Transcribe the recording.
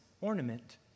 ornament